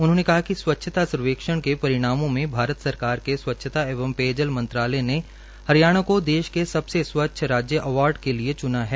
उन्होंने कहा कि स्वच्छता सर्वेक्षण के परिणामों में भारत सरकार के सवच्छता एंव पेयजल मंत्रालय ये हरियाणा को देश के सबसे स्वच्छ राज्य अवार्ड के लिए च्ना है